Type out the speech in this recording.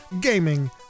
gaming